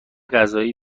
قضایی